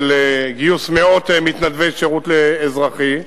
של גיוס מאות מתנדבי שירות אזרחי,